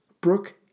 Brooke